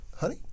honey